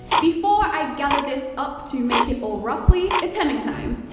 before i gathered this up to make it all ruffly, it's hemming time.